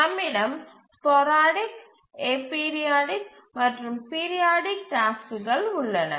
நம்மிடம் sporadic aperiodic மற்றும் periodic டாஸ்க்குகள் உள்ளன